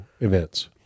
events